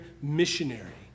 missionary